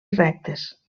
rectes